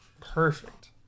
Perfect